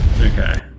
Okay